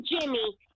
Jimmy